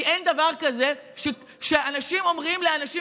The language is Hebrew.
כי אין דבר כזה שאנשים אומרים לאנשים